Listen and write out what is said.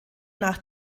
nach